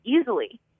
easily